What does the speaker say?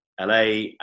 LA